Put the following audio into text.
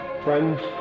friends